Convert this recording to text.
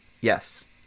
Yes